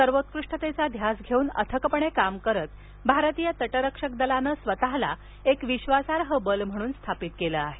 सर्वोत्कृष्टतेचा ध्यास घेऊन अथकपणे काम करत भारतीय तटरक्षक दलानं स्वतःला एक विश्वासार्ह बल म्हणून स्थापित केलं आहे